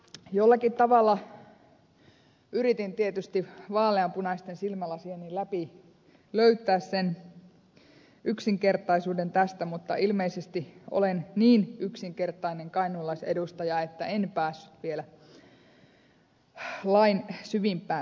jollakin tavalla yritin tietysti vaaleanpunaisten silmälasieni läpi löytää sen yksinkertaisuuden tästä mutta ilmeisesti olen niin yksinkertainen kainuulaisedustaja että en päässyt vielä lain syvimpään ytimeen